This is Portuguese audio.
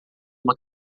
uma